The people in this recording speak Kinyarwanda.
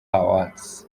awards